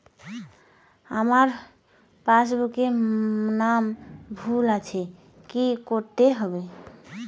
আমার পাসবুকে নাম ভুল আছে কি করতে হবে?